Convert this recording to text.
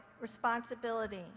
responsibility